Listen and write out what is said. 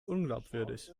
unglaubwürdig